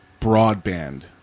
broadband